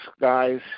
guys